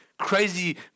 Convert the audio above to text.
Crazy